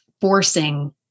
forcing